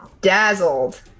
Dazzled